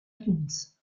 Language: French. itunes